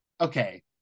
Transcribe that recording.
Okay